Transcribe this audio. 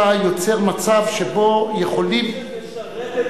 אתה יוצר מצב שבו יכולים, למי שמשרת את